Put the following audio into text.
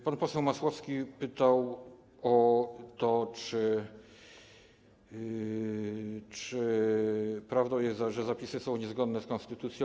Pan poseł Masłowski pytał o to, czy jest prawdą, że zapisy są niezgodne z konstytucją.